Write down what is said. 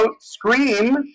Scream